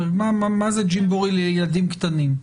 מה זה ג'ימבורי לילדים קטנים?